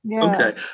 okay